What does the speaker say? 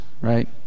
right